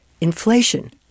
inflation